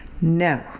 No